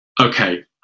okay